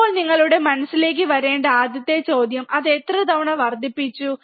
ഇപ്പോൾ നിങ്ങളുടെ മനസ്സിലേക്ക് വരേണ്ട ആദ്യത്തെ ചോദ്യം അത് എത്ര തവണ വർദ്ധിപ്പിച്ചു